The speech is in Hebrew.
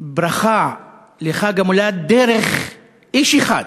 ברכה לחג המולד דרך איש אחד,